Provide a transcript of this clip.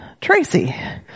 Tracy